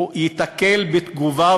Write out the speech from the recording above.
הוא ייתקל בתגובה,